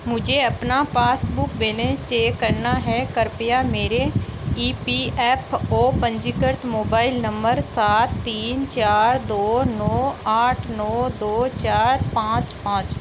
मुझे अपना passbook balance check करना है कृपया मेरे ई पी एफ ओ पंजीकृत मोबाइल नम्बर सात तीन चार दो नौ आठ नौ दो चार पाँच पाँच